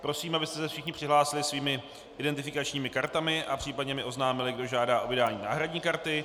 Prosím, abyste se všichni přihlásili svými identifikačními kartami a případně mi oznámili, kdo žádá o vydání náhradní karty.